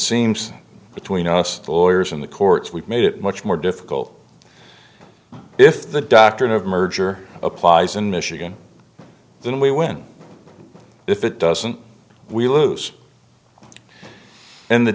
seems between us the lawyers and the courts we've made it much more difficult if the doctrine of merger applies in michigan then we win if it doesn't we lose and the